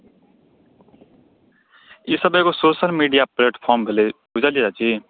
ईसभ एगो social media platform भेलै बुझलियै चाची